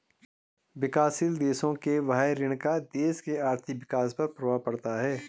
विकासशील देशों के बाह्य ऋण का देश के आर्थिक विकास पर प्रभाव पड़ता है